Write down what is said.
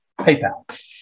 PayPal